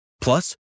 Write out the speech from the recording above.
Plus